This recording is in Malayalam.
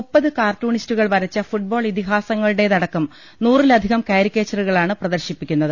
മുപ്പത് കാർട്ടൂണിസ്റ്റുകൾ വരച്ച ഫുട്ബോൾ ഇതിഹാസങ്ങളുടേതടക്കം നൂറിലധികം കാരിക്കേച്ചറുകളാണ് പ്രദർശിപ്പി ക്കുന്നത്